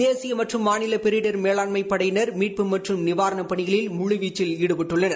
தேசிய மற்றும் மாநல பேரிடர் மேலாண்மை படையினர் மீட்பு மற்றும் நிவாரணப் பணிகளில் முழுவீச்சில் ஈடுபட்டுள்ளனர்